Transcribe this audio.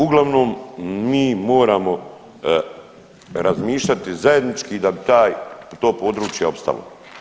Uglavnom, mi moramo razmišljati zajednički da bi taj, to područje opstalo.